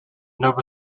nova